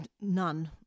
none